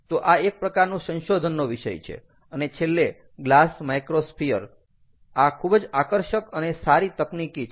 તો આ એક પ્રકારનું સંશોધનનો વિષય છે અને છેલ્લે ગ્લાસ માઈક્રોસ્ફિયર આ ખૂબ જ આકર્ષક અને સારી તકનીકી છે